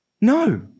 No